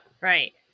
Right